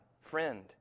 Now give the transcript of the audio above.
friend